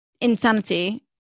insanity